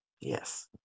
yes